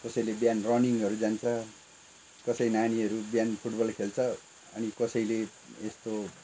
कसैले बिहान रनिङहरू जान्छ कसै नानीहरू बिहान फुट बल खेल्छ अनि कसैले यस्तो